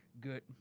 good